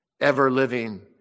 ever-living